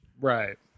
Right